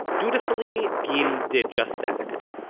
dutifully, gil did just that.